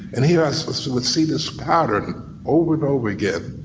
and here i so so would see this pattern over and over again.